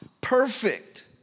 Perfect